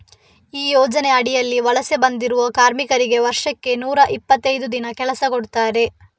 ಈ ಯೋಜನೆ ಅಡಿಯಲ್ಲಿ ವಲಸೆ ಬಂದಿರುವ ಕಾರ್ಮಿಕರಿಗೆ ವರ್ಷಕ್ಕೆ ನೂರಾ ಇಪ್ಪತ್ತೈದು ದಿನ ಕೆಲಸ ಕೊಡ್ತಾರೆ